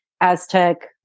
Aztec